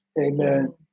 Amen